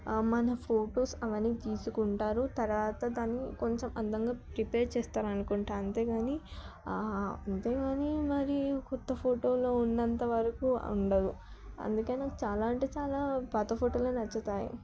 మన ఫోటోస్ అవన్నీ తీసుకుంటారు తర్వాత దాన్ని కొంచెం అందంగా ప్రిపేర్ చేస్తారు అనుకుంటా అంతేగాని అంతేగాని మరి కొత్త ఫోటోలో ఉన్నంతవరకు ఉండదు అందుకనే నాకు చాలా అంటే చాలా పాత ఫోటోలే నచ్చుతాయి